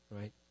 Right